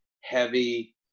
heavy